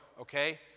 Okay